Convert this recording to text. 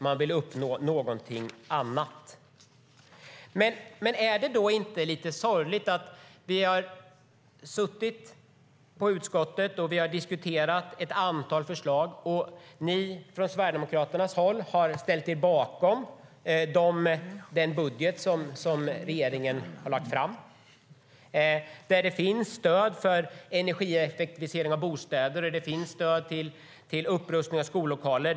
Man ville uppnå någonting annat. Men är det då inte lite sorgligt att när vi har haft möte i utskottet och diskuterat ett antal förslag, så har ni sverigedemokrater ställt er bakom den budget som regeringen lade fram där det finns stöd för energieffektivisering av bostäder och till upprustning av skollokaler.